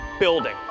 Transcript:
building